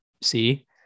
see